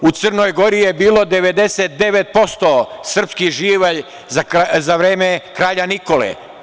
U Crnoj Gori je bilo 99% srpski živalj za vreme Kralja Nikole.